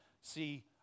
see